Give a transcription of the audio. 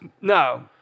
No